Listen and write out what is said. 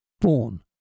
Born